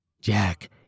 Jack